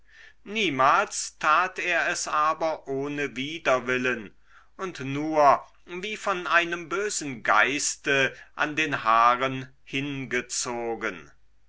niemals tat er es aber ohne widerwillen und nur wie von einem bösen geiste an den haaren hingezogen